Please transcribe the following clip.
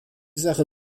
sache